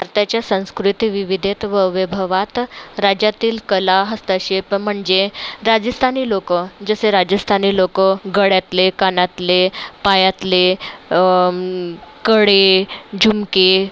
आत्ताच्या संस्कृती विविधेत व वैभवात राज्यातील कला हस्तक्षेप म्हणजे राजस्थानी लोक जसे राजस्थानी लोक गळ्यातले कानातले पायातले कडे झुमके